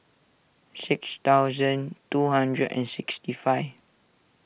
six thousand two hundred and sixty five